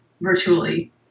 virtually